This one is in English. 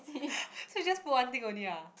so you just put one thing only ah